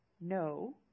No